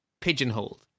pigeonholed